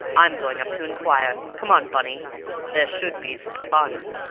i'm going up to inquire. come on, bunny there should be some fun.